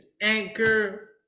Anchor